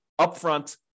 upfront